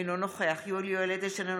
אינו נוכח יולי יואל אדלשטיין,